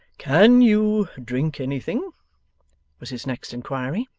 can you drink anything was his next inquiry.